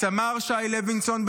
סמ"ר שי לוינסון,